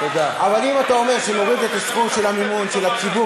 אבל אם אתה אומר שנוריד את הסכום של המימון שהציבור